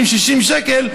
50 שקל,